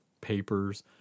papers